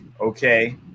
okay